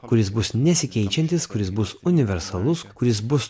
kuris bus nesikeičiantis kuris bus universalus kuris bus